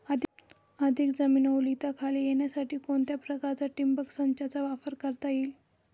अधिक जमीन ओलिताखाली येण्यासाठी कोणत्या प्रकारच्या ठिबक संचाचा वापर करता येईल?